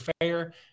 fair